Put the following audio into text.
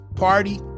party